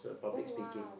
oh !wow!